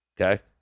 okay